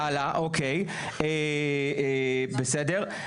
הלאה, בסדר.